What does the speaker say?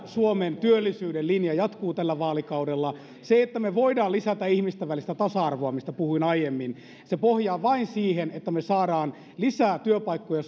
suomen työllisyyden linja jatkuu tällä vaalikaudella se että me voimme lisätä ihmisten välistä tasa arvoa mistä puhuin aiemmin pohjaa vain siihen että me saamme lisää työpaikkoja